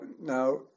now